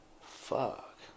Fuck